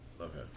okay